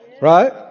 Right